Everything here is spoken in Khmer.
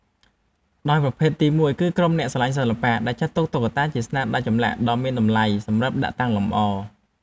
ដោយប្រភេទទីមួយគឺ ក្រុមអ្នកស្រឡាញ់សិល្បៈ ដែលចាត់ទុកតុក្កតាជាស្នាដៃចម្លាក់ដ៏មានតម្លៃសម្រាប់ដាក់តាំងលម្អ។